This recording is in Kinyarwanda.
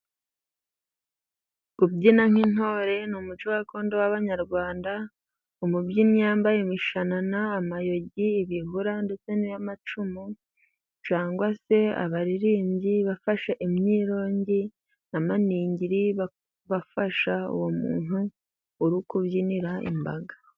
Kubyina nk'intore ni umuco gakondo w'Abanyarwanda. Umubyinnyi yambaye imishanana, amayogi , ibihura ndetse n'amacumu cyangwa se abaririmbyi bafashe imyirongi n'amaningiri bari gufasha uwo muntu uri kubyinira imbaga.